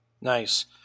Nice